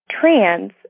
trans